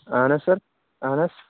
اَہَن حظ سَر اہَن حظ